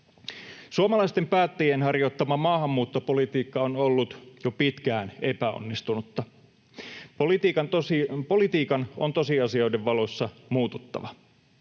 Suomalaisten päättäjien harjoittama maahanmuuttopolitiikka on ollut jo pitkään epäonnistunutta. Politiikan on tosiasioiden valossa muututtava.